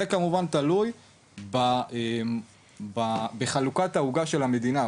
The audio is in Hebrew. זה כמובן תלוי בחלוקת העוגה של המדינה.